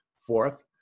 Fourth